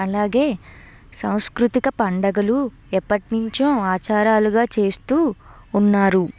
అలాగే సాంస్కృతిక పండగలు ఎప్పటి నుంచో ఆచారాలుగా చేస్తూ ఉన్నారు